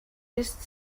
ist